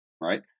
right